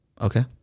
Okay